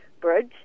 bridge